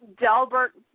Delbert